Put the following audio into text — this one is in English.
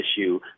issue